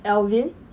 alvin